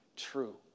true